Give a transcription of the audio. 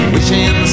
Wishing